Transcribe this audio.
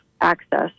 access